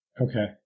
Okay